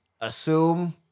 assume